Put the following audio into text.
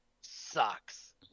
Sucks